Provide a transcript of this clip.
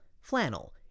Flannel